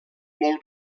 molt